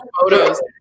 photos